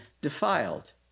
defiled